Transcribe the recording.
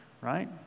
right